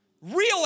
Real